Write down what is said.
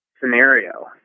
scenario